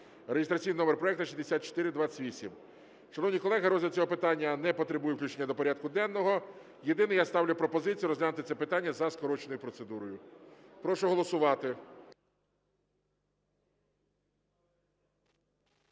(реєстраційний номер проекту 6428). Шановні колеги, розгляд цього питання не потребує включення до порядку денного. Єдине, я ставлю пропозицію розглянути це питання за скороченою процедурою. Прошу голосувати.